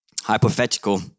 hypothetical